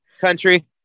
Country